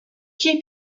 key